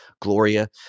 Gloria